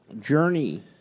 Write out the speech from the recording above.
Journey